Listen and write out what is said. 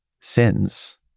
sins